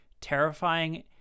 terrifying